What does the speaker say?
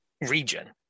region